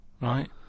right